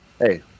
Hey